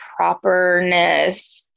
properness